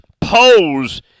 pose